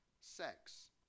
sex